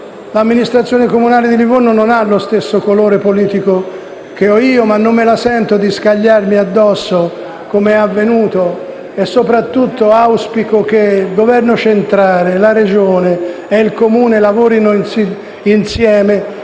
l'amministrazione comunale di Livorno non ha lo stesso colore politico che ho io, ma non me la sento di scagliarmici addosso, come è avvenuto. Soprattutto, auspico che il Governo centrale, la Regione e il Comune lavorino insieme